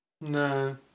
No